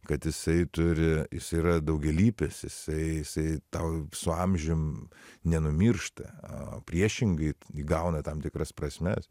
kad jisai turi jisai yra daugialypis jisai jisai tau su amžium nenumiršta o priešingai įgauna tam tikras prasmes